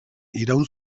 iraun